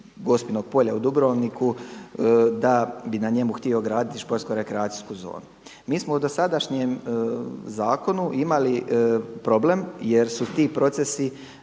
Gospinog polja u Dubrovniku da bi na njemu htio graditi športsko-rekreacijsku zonu. Mi smo u dosadašnjem zakonu imali problem jer su ti procesi